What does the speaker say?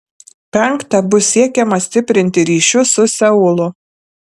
penkta bus siekiama stiprinti ryšius su seulu